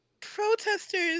protesters